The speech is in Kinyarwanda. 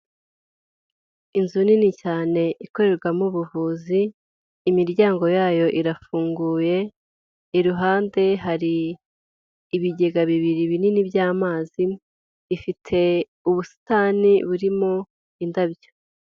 Inzu nini cyane ikorerwamo ubuvuzi, imiryango yayo irafunguye iruhande hari ibigega bibiri binini by'amazi, ifite ubusitani burimo indabyo.